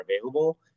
available